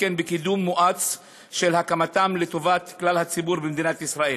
וכן בקידום מואץ של הקמתם לטובת כלל הציבור במדינת ישראל.